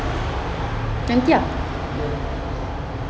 okay ah